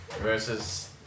versus